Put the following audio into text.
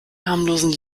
harmlosen